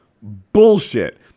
Bullshit